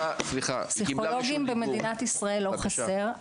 פסיכולוגים במדינת ישראל לא חסר,